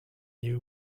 you